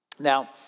Now